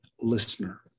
listener